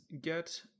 get